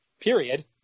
period